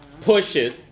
pushes